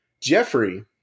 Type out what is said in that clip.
Jeffrey